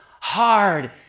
hard